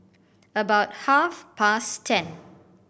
about half past ten